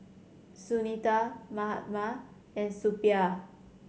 Sunita Mahatma and Suppiah